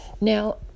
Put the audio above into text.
Now